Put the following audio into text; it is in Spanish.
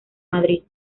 madrid